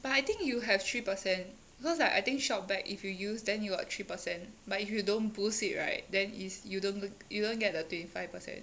but I think you have three percent because like I think Shop back if you use then you got three percent but if you don't use it right then is you don't you don't get the twenty five percent